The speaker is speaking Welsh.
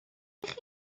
ydych